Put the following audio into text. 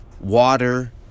Water